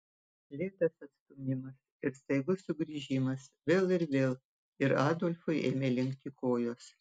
lėtas atstūmimas ir staigus sugrįžimas vėl ir vėl ir adolfui ėmė linkti kojos